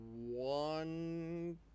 one